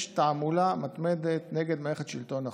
יש תעמולה מתמדת נגד מערכת שלטון החוק,